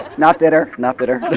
not bitter, not bitter.